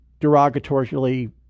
derogatorily